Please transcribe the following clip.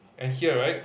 and here right